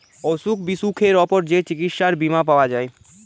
অসুখ বিসুখের উপর যে চিকিৎসার বীমা পাওয়া যায়